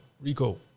Rico